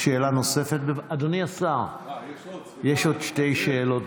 אדוני השר, יש עוד שתי שאלות,